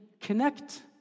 connect